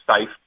safe